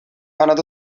paned